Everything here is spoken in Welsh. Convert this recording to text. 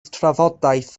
trafodaeth